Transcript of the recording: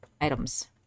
items